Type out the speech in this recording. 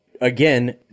again